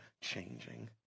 changing